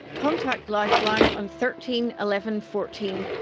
contact lifeline on thirteen eleven fourteen,